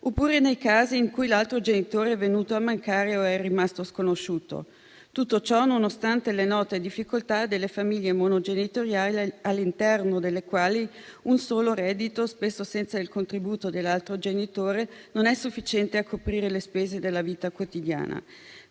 oppure nei casi in cui l'altro genitore è venuto a mancare o è rimasto sconosciuto. Tutto ciò nonostante le note difficoltà delle famiglie monogenitoriali, all'interno delle quali un solo reddito, spesso senza il contributo dell'altro genitore, non è sufficiente a coprire le spese della vita quotidiana.